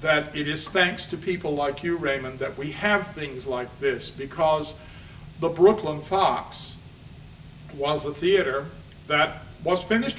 that you just thinks to people like you raymond that we have things like this because the brooklyn fox it was the theater that was finished